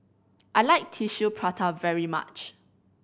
I like Tissue Prata very much